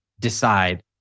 decide